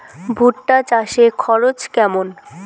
ভুট্টা চাষে খরচ কেমন?